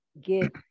get